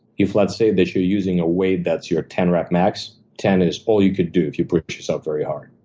if, let's say, that you're using a weight that's your ten rep max. ten is all you could do if you push yourself very hard.